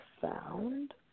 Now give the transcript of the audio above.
found